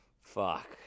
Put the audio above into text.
Fuck